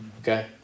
okay